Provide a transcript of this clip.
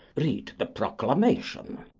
read the proclamation.